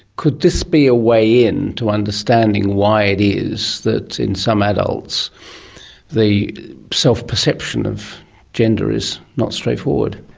could this be a way in to understanding why it is that in some adults the self-perception of gender is not straightforward?